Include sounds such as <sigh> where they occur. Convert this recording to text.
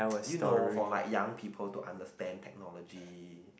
<noise> you know for like young people to understand technology